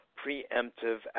preemptive